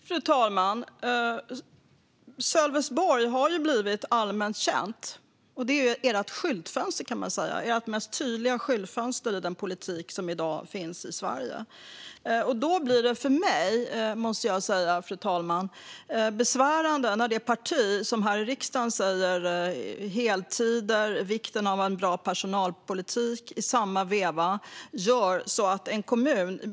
Fru talman! Sölvesborg har blivit allmänt känt, och det är Sverigedemokraternas tydligaste skyltfönster, kan man säga, för den politik de har i Sverige. För mig är det besvärande när det parti som här i riksdagen talar om heltid och vikten av en bra personalpolitik i samma veva gör precis tvärtom i en kommun.